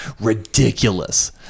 ridiculous